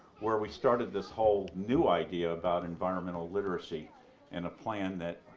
where we started this whole new idea about environmental literacy and a plan that